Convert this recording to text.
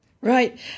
Right